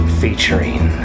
featuring